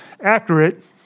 accurate